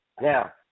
Now